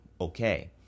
okay